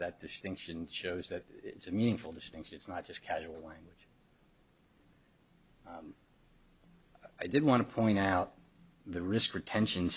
that distinction shows that it's a meaningful distinction it's not just casual language i did want to point out the risk retention